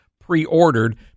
pre-ordered